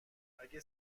اگر